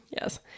Yes